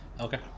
Okay